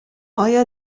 آیا